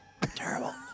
terrible